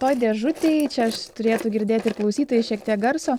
toj dėžutėj čia aš turėtų girdėt ir klausytojai šiek tiek garso